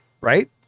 right